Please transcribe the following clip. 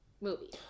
movies